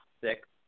six